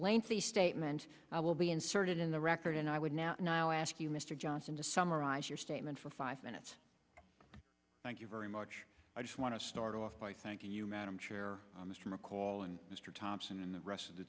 lengthy statement will be inserted in the record and i would now now ask you mr johnson to summarize your statement for five minutes thank you very much i just want to start off by thank you madam chair on this recall and mr thompson and the rest of the